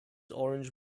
orange